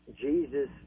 Jesus